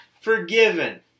forgiven